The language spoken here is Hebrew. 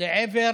לעבר